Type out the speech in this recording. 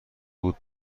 بود